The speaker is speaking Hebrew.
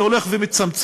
זה הולך ומצטמצם.